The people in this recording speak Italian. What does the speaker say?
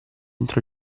entrò